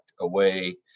away